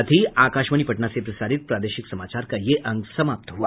इसके साथ ही आकाशवाणी पटना से प्रसारित प्रादेशिक समाचार का ये अंक समाप्त हुआ